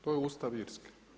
To je ustav Irske.